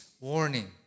Warning